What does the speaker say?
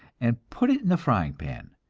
and put it in the frying pan,